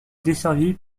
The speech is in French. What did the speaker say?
desservie